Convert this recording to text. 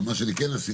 אבל מה שאני כן עשיתי,